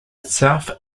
itself